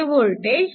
हे वोल्टेज आहे